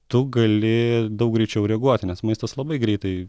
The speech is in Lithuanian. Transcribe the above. tu gali daug greičiau reaguoti nes maistas labai greitai